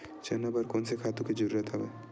चना बर कोन से खातु के जरूरत हवय?